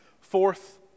Fourth